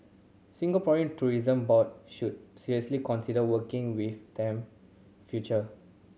Singaporean Tourism Board should seriously consider working with them future